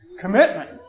commitment